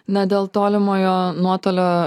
na dėl tolimojo nuotolio